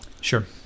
Sure